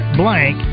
blank